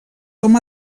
com